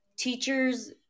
Teachers